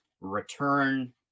Return